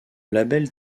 labelle